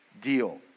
deal